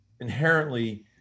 inherently